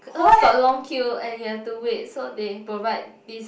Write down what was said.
cause got long queue and you have to wait so they provide this